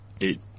eight